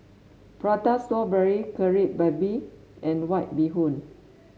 Prata Strawberry Kari Babi and White Bee Hoon